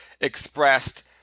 expressed